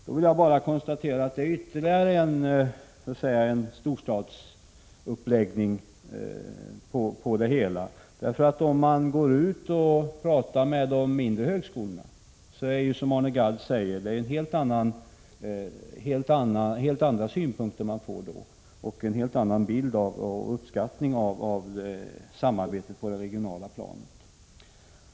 Då vill jag bara konstatera att detta är ytterligare ett exempel på att man ser på det hela i ett storstadsperspektiv. Om man går ut och pratar med företrädare för de mindre högskolorna får man, som Arne Gadd sade, höra helt andra synpunkter, och man får en helt annan och positivare bild av samarbetet på det regionala planet.